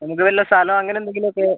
നമുക്ക് വല്ല സ്ഥലം അങ്ങനെ എന്തെങ്കിലും ഒക്കെ